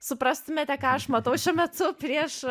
suprastumėte ką aš matau šiuo metu prieš